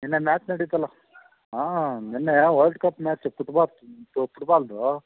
ನೆನ್ನೆ ಮ್ಯಾಚ್ ನಡೀತಲ್ಲಾ ಹಾಂ ನೆನ್ನೆ ವರ್ಲ್ಡ್ ಕಪ್ ಮ್ಯಾಚ್ ಪುಟ್ಬಾತ್ ದು ಫುಟ್ಬಾಲ್ದು